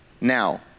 Now